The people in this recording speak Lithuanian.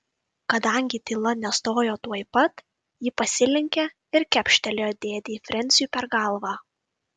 kadangi tyla nestojo tuoj pat ji pasilenkė ir kepštelėjo dėdei frensiui per galvą